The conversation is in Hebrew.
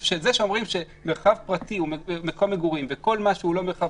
זה שאומרים שמרחב פרטי הוא מקום מגורים וכל מה שהוא לא מקום